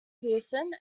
pearson